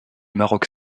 maroc